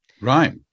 Right